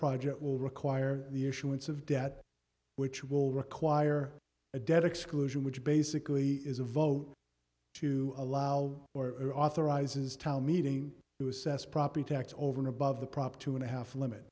project will require the issuance of debt which will require a dead exclusion which basically is a vote to allow or or authorizes tell meeting to assess property tax over and above the proper two and a half limit